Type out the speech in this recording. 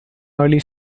early